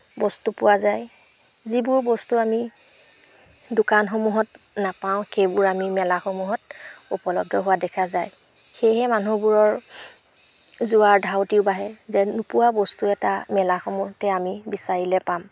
বস্তু পোৱা যায় যিবোৰ বস্তু আমি দোকানসমূহত নাপাওঁ সেইবোৰ আমি মেলাসমূহত উপলব্ধ হোৱা দেখা যায় সেয়েহে মানুহবোৰৰ যোৱাৰ ধাউতিও বাঢ়ে যে নোপোৱা বস্তু এটা মেলাসমূহতে আমি বিচাৰিলে পাম